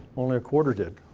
only a quarter did.